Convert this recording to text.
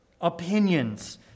opinions